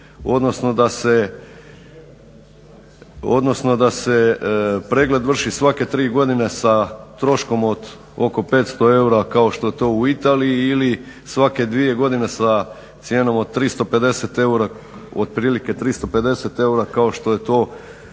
odnosno da se pregled vrši svake tri godine sa troškom od oko 500 eura kao što je to u Italiji ili svake dvije godine sa cijenom od otprilike 350 eura kao što je to u Sloveniji.